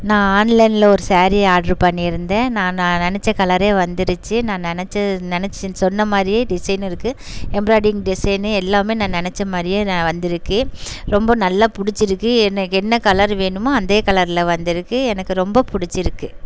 நான் ஆன்லைனில் ஒரு சாரீ ஆட்ரு பண்ணியிருந்தேன் நான் நான் நினச்ச கலரே வந்துருச்சு நான் நினச்ச நினச்ச சொன்ன மாதிரியே டிசைன் இருக்குது எம்ப்ராய்டிங் டிசைன் எல்லாமே நான் நினச்ச மாதிரியே வந்திருக்கு ரொம்ப நல்லா பிடிச்சிருக்கு எனக்கு என்ன கலர் வேணுமோ அந்த கலரில் வந்திருக்கு எனக்கு ரொம்ப பிடிச்சிருக்கு